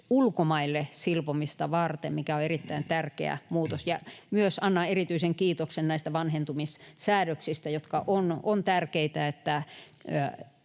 ulkomaille silpomista varten, mikä on erittäin tärkeä muutos. Annan myös erityisen kiitoksen näistä vanhentumissäädöksistä, jotka ovat tärkeitä, että